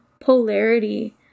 polarity